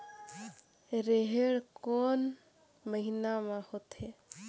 रेहेण कोन महीना म होथे?